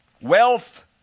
wealth